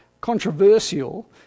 controversial